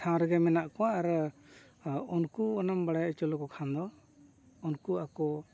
ᱴᱷᱟᱶ ᱨᱮᱜᱮ ᱢᱮᱱᱟᱜ ᱠᱚᱣᱟ ᱟᱨ ᱩᱱᱠᱩ ᱚᱱᱮᱢ ᱵᱟᱲᱟᱭ ᱦᱚᱪᱚ ᱞᱮᱠᱚ ᱠᱷᱟᱱ ᱫᱚ ᱩᱱᱠᱩ ᱟᱠᱚ